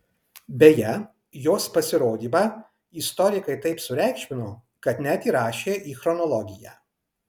beje jos pasirodymą istorikai taip sureikšmino kad net įrašė į chronologiją